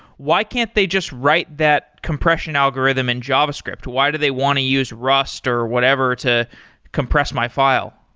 why can't they just write that compression algorithm in javascript? why do they want to use rust or whatever to compress my file?